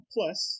Plus